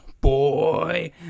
boy